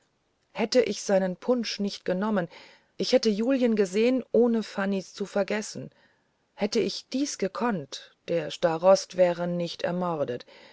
hätte ich seinen punsch nicht genommen ich hätte julien gesehen ohne fanny's zu vergessen hätte ich dies gekonnt der starost wäre nicht ermordet